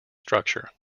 structure